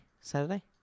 Saturday